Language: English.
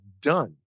done